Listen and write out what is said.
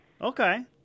Okay